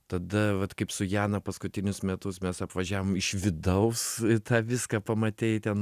tada vat kaip su jana paskutinius metus mes apvažiavom iš vidaus tą viską pamatei ten